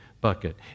bucket